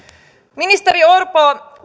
ministeri orpo